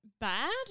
bad